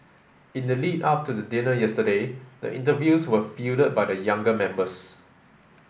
in the lead up to the dinner yesterday the interviews were fielded by the younger members